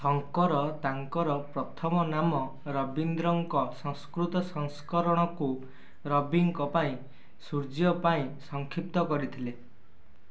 ଶଙ୍କର ତାଙ୍କର ପ୍ରଥମ ନାମ ରବିନ୍ଦ୍ରଙ୍କ ସଂସ୍କୃତ ସଂସ୍କରଣକୁ ରବିଙ୍କ ପାଇଁ ସୂର୍ଯ୍ୟ ପାଇଁ ସଂକ୍ଷିପ୍ତ କରିଥିଲେ